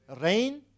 rain